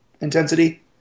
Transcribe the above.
intensity